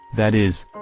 that is,